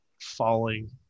falling